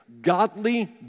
godly